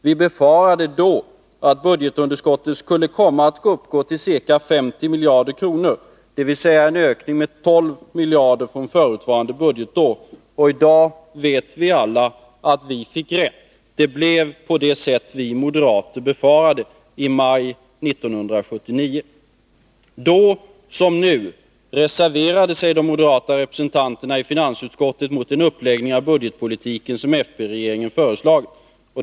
Vi befarade då att budgetunderskottet skulle komma att uppgå till ca 50 miljarder kronor — dvs. en ökning med ca 12 miljarder kronor från förutvarande budgetår. I dag vet vi alla att vi fick rätt. Det blev på det sätt som vi moderater befarade i maj 1979. Då som nu reserverade sig de moderata representanterna i finansutskottet mot den uppläggning av budgetpolitiken som folkpartiregeringen hade föreslagit.